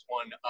one